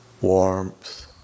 warmth